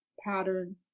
pattern